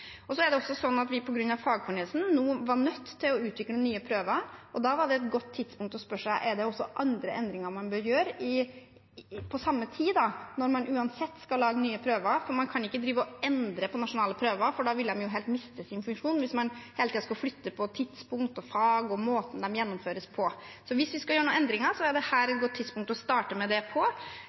Så er det også sånn at på grunn av fagfornyelsen var vi nødt til å utvikle nye prøver, og da var det et godt tidspunkt å spørre seg: Er det også andre endringer man bør gjøre på samme tid, når man uansett skal lage nye prøver? Man kan ikke drive og endre på nasjonale prøver. De vil jo miste sin funksjon hvis man hele tiden skal flytte på tidspunkt, fag og måten de gjennomføres på. Hvis vi skal gjøre noen endringer, er dette et godt tidspunkt å starte med det på.